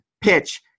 PITCH